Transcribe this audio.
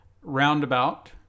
Roundabout